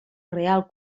real